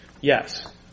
yes